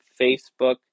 Facebook